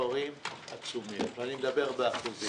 מספרים עצומים, ואני מדבר באחוזים.